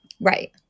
Right